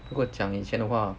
如果讲以前的话